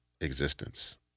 existence